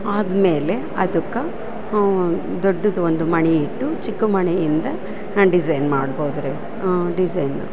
ಆದ ಮೇಲೆ ಅದಕ್ಕ ದೊಡ್ಡದು ಒಂದು ಮಣಿಯಿಟ್ಟು ಚಿಕ್ಕ ಮಣಿಯಿಂದ ಡಿಸೈನ್ ಮಾಡ್ಬೌದ್ರಿ ಡಿಸೈನು